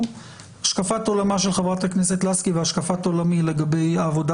השקפת עולמה של חברת הכנסת לסקי והשקפת עולמי לגבי העבודה